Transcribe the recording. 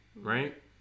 right